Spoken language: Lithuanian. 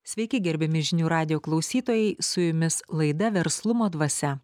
sveiki gerbiami žinių radijo klausytojai su jumis laida verslumo dvasia